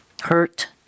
Hurt